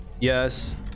yes